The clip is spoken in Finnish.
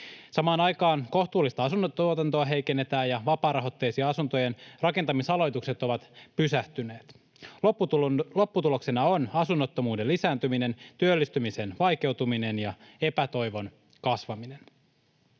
Samaan aikaan kohtuuhintaista asuntotuotantoa heikennetään ja vapaarahoitteisten asuntojen rakentamisaloitukset ovat pysähtyneet. Lopputuloksena on asunnottomuuden lisääntyminen, työllistymisen vaikeutuminen ja epätoivon kasvaminen.